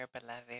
beloved